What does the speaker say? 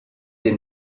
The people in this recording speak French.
des